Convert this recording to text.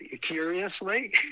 curiously